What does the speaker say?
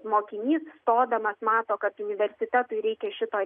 mokinys stodamas mato kad universitetui reikia šito